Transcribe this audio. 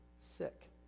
sick